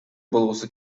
болгусу